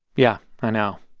yeah, i know.